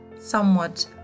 somewhat